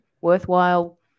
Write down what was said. worthwhile